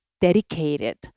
dedicated